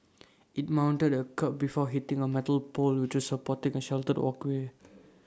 IT mounted A kerb before hitting A metal pole which supporting A sheltered walkway